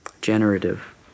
generative